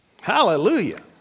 Hallelujah